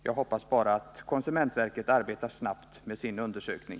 Jag hoppas bara att konsumentverket arbetar snabbt med sin undersökning.